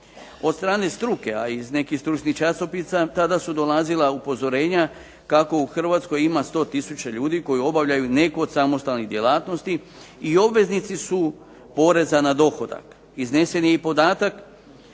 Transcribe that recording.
Od strane struke, a iz nekih stručnih časopisa tada su dolazila upozorenja kako u Hrvatskoj ima 100 tisuća ljudi koji obavljaju neku od samostalne djelatnosti i obveznici su poreza na dohodak. Iznesen je podatak